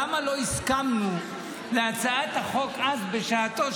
למה לא הסכמנו להצעת החוק אז בשעתו,